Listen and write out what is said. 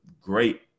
great